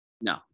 No